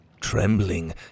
Trembling